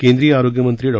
केंद्रीय आरोग्यमंत्री डॉ